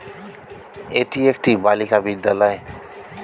এটি একটি বালিকা বিদ্যালয়